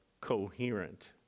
coherent